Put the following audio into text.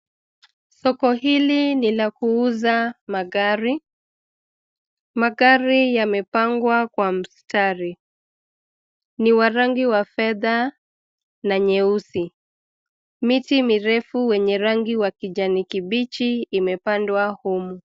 Soko hili ni la kuuza magari. Magari yamepangwa kwa mstari. Ni wa rangi wa fedha na nyeusi. Miti mirefu wenye rangi wa kijani kibichi imepandwa humu.